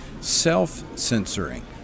self-censoring